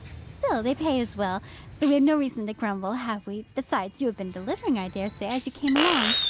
still they pay as well so we have no reason to grumble, have we? besides, you have been delivering, i dare say, as you came along?